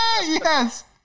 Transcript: Yes